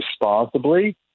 responsibly